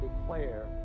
declare